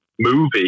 movie